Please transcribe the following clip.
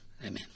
Amen